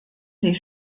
sie